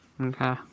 Okay